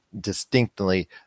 distinctly